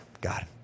God